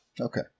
Okay